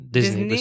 Disney